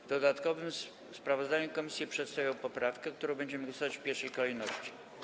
W dodatkowym sprawozdaniu komisje przedstawią poprawkę, nad którą będziemy głosować w pierwszej kolejności.